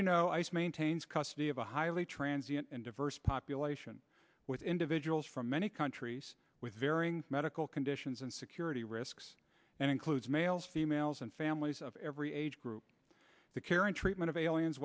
you know ice maintains custody of a highly transient and diverse population with individuals from many countries with varying medical conditions and security risks and includes males females and families of every age the care and treatment of aliens